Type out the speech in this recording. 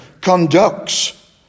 conducts